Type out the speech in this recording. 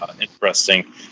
interesting